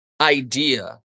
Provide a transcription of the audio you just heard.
Idea